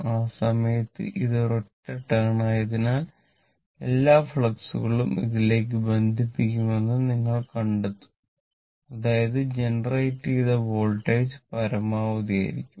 ആ സമയത്ത് ഇത് ഒരൊറ്റ ടേൺ ആയതിനാൽ എല്ലാ ഫ്ലക്സുകളും ഇതിലേക്ക് ബന്ധിപ്പിക്കുമെന്ന് നിങ്ങൾ കണ്ടെത്തും അതായത് ജനറേറ്റുചെയ്ത വോൾട്ടേജ് പരമാവധി ആയിരിക്കും